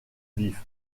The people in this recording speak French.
vif